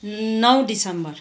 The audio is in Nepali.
नौ दिसम्बर